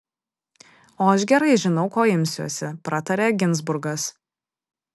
o aš gerai žinau ko imsiuosi pratarė ginzburgas